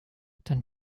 dann